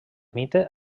mite